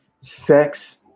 sex